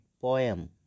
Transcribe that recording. poem